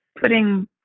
putting